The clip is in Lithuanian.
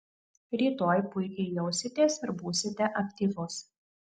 rytoj puikiai jausitės ir būsite aktyvus